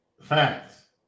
Facts